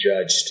judged